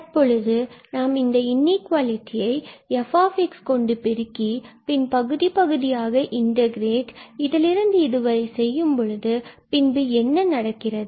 தற்பொழுது நாம் இந்த இக்குவாலிடியை f கொண்டு பெருக்கி பின் பகுதி பகுதியாக இன்டகிரேட் இதிலிருந்து இதுவரை செய்யும்பொழுது பின்பு என்ன நடக்கிறது